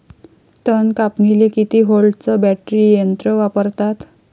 तन कापनीले किती व्होल्टचं बॅटरी यंत्र वापरतात?